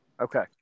Okay